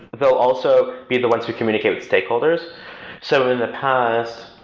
they'll also be the ones who communicate with stakeholders so in the past,